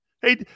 Hey